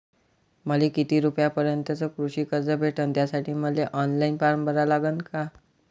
मले किती रूपयापर्यंतचं कृषी कर्ज भेटन, त्यासाठी मले ऑनलाईन फारम भरा लागन का?